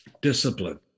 discipline